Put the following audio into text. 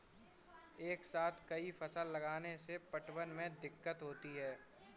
एक साथ कई फसल लगाने से पटवन में दिक्कत होती है